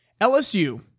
LSU